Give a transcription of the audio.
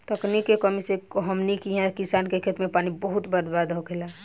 तकनीक के कमी से हमनी किहा किसान के खेत मे पानी बहुत बर्बाद होखेला